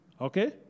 Okay